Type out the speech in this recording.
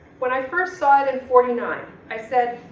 when i first saw it in forty nine i said,